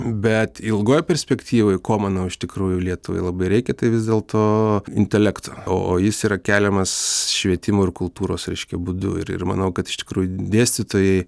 bet ilgoj perspektyvoj ko manau iš tikrųjų lietuvai labai reikia tai vis dėl to intelekto o jis yra keliamas švietimo ir kultūros reiškia būdu ir ir manau kad iš tikrųjų dėstytojai